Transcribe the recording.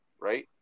right